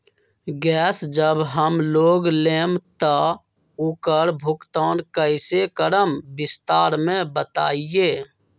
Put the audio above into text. Gas जब हम लोग लेम त उकर भुगतान कइसे करम विस्तार मे बताई?